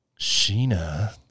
Sheena